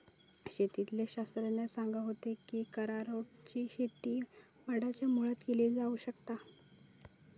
शेतीतले शास्त्रज्ञ सांगा होते की अरारोटची शेती माडांच्या मुळाक केली जावक शकता